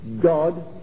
God